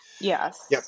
Yes